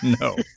no